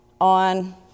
on